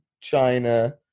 China